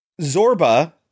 Zorba